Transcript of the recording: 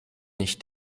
nicht